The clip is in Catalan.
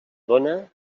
dóna